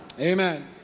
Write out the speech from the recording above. Amen